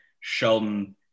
Sheldon